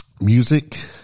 Music